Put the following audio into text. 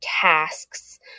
tasks